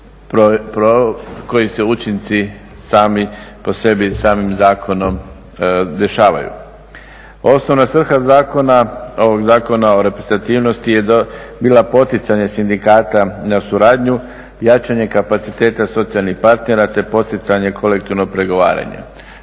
koje se učinci sami po sebi, samim zakonom dešavaju. Osnovna svrha ovog Zakona o reprezentativnosti je bila poticanje sindikata na suradnju, jačanje kapaciteta socijalnih partnera te poticanje kolektivnog pregovaranja.